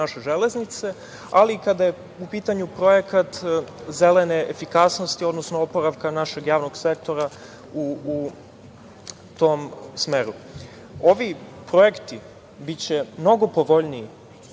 naše železnice, ali i kada je u pitanju projekat „Zelene efikasnosti“, odnosno oporavka našeg javnog sektora u tom smeru. Ovi projekti biće mnogo povoljniji